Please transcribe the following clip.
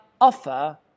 offer